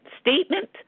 statement